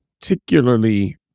particularly